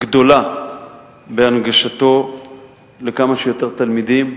גדולה בהנגשתו לכמה שיותר תלמידים.